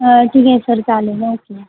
ठीक आहे सर चालेल ओके